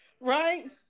right